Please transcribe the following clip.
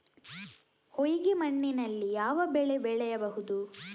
ಹೊಯ್ಗೆ ಮಣ್ಣಿನಲ್ಲಿ ಯಾವ ಬೆಳೆ ಬೆಳೆಯಬಹುದು?